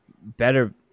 Better